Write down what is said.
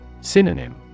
Synonym